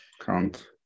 count